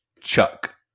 Chuck